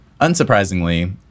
Unsurprisingly